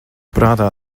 prātā